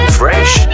fresh